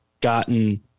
gotten